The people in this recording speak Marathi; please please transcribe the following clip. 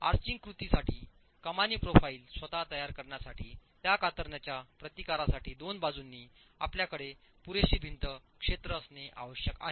आर्चिंग कृतीसाठी कमानी प्रोफाइल स्वतः तयार करण्यासाठी त्या कातरण्याच्या प्रतिकारासाठी दोन बाजूंनी आपल्याकडे पुरेसे भिंत क्षेत्र असणे आवश्यक आहे